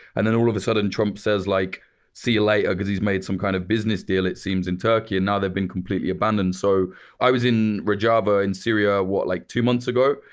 and then all of a sudden trump says like see you later. cause he's made some kind of business deal, it seems, in turkey. and now they'd been completely abandoned. so i was in rojava in syria what, like two months ago?